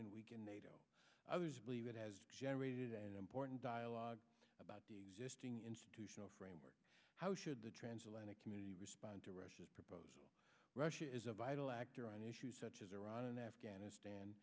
and weaken nato others believe it has generated an important dialogue about the existing institutional framework how should the transatlantic community respond to russia's proposal russia is a vital actor on issues such as iran and afghanistan